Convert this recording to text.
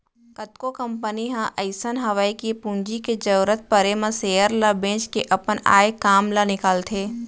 कतको कंपनी ह अइसन हवय कि पूंजी के जरूरत परे म सेयर ल बेंच के अपन आय काम ल निकालथे